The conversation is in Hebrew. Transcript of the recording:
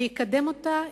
יקדם אותה,